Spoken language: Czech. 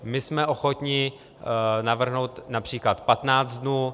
My jsme ochotni navrhnout například patnáct dnů.